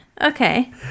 okay